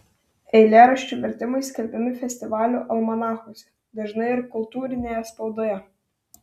eilėraščių vertimai skelbiami festivalių almanachuose dažnai ir kultūrinėje spaudoje